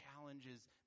challenges